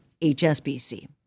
HSBC